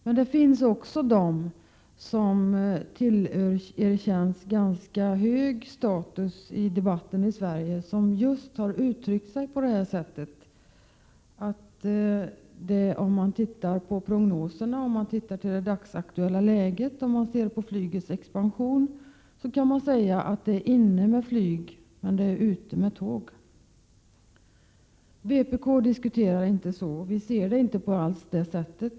Men det finns också de som tillerkänns ganska hög status i debatten i Sverige som just har uttryckt sig på det här sättet. Om man tittar på prognoserna och på det dagsaktuella läget och ser på flygets expansion, kan man säga att det är inne med flyg men ute med tåg. Vpk diskuterar inte så. Vi ser det inte alls på det sättet.